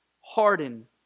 harden